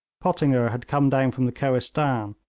pottinger had come down from the kohistan,